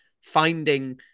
finding